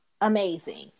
amazing